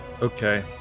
Okay